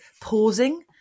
pausing